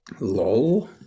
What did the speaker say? Lol